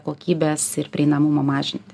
kokybės ir prieinamumą mažinti